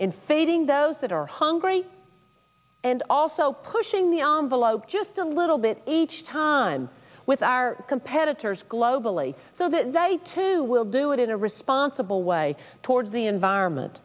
in fading those that are hungry and also pushing the on the low just a little bit each time with our competitors globally so that he too will do it in a responsible way towards the environment